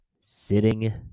Sitting